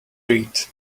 read